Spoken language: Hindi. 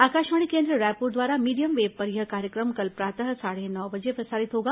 आकाशवाणी केन्द्र रायपुर द्वारा मीडियम वेव पर यह कार्यक्रम कल प्रातः साढ़े नौ बजे प्रसारित होगा